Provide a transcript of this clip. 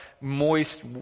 moist